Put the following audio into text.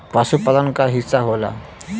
पसुपालन क हिस्सा होला